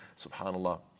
Subhanallah